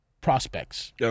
prospects